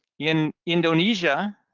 in indonesia,